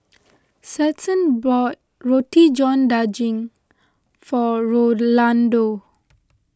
Stetson bought Roti John Daging for Rolando